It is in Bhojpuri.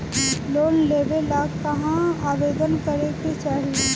लोन लेवे ला कहाँ आवेदन करे के चाही?